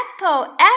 apple